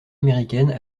américaine